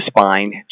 spine